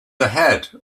ahead